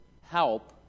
help